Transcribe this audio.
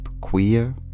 Queer